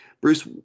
Bruce